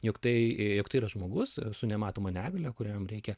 jog tai jog tai yra žmogus su nematoma negalia kuriam reikia